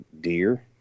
deer